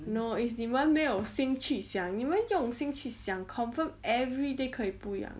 no is 你们没有心去想你们用心去想 confirm everyday 可以不一样